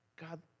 God